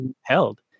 held